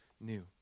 new